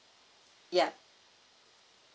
yeah